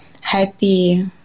happy